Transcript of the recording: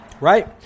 Right